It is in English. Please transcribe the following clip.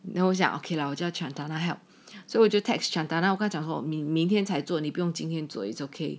那我想 okay lah 我叫 chantana help 所以我就 text chantana 我跟他讲你明天才做你不用今天做 okay